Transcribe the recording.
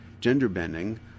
gender-bending